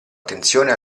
attenzione